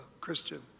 Christian